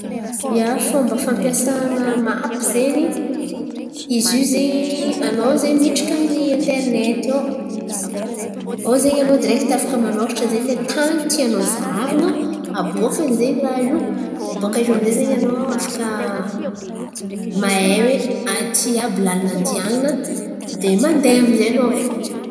Ia, fômba fampiasan̈a mapy zen̈y, izy io zen̈y anao zen̈y midriky amin'ny interinety ao. Ao zen̈y anao direkty afaka manôratra zen̈y lay tan̈y tianao zahavan̈a. Aboakany zen̈y raha io. Bôka iô amy zay zen̈y anao afaka mahay oe atÿ àby lalana handihan̈ana. De mandeha amy zay anao aviô.